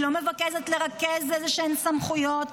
היא לא מבקשת לרכז איזשהן סמכויות,